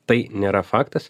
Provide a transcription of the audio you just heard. tai nėra faktas